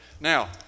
Now